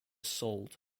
sold